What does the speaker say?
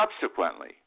subsequently